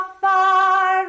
far